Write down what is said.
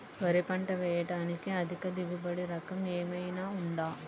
వరి పంట వేయటానికి అధిక దిగుబడి రకం ఏమయినా ఉందా?